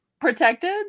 Protected